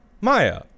Maya